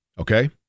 Okay